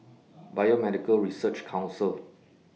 Biomedical Research Council